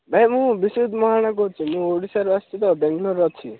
ନାଇଁ ମୁଁ ବିଶ୍ୱଜିତ ମହାରଣା କହୁଛି ମୁଁ ଓଡ଼ିଶାରୁ ଆସିଛି ତ ବେଙ୍ଗଲୋରରେ ଅଛି